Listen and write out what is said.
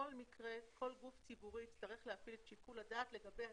בכל מקרה כל גוף ציבורי יצטרך להפעיל שיקול הדעת לגבי עצמו,